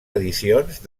edicions